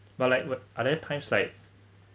but like wh~ are there times like